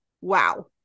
wow